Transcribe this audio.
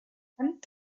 rand